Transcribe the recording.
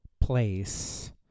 place